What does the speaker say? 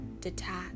detach